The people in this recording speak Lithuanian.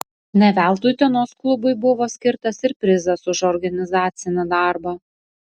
ne veltui utenos klubui buvo skirtas ir prizas už organizacinį darbą